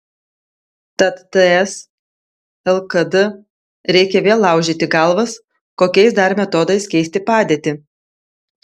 tad ts lkd reikia vėl laužyti galvas kokiais dar metodais keisti padėtį